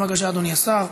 בבקשה, אדוני השר.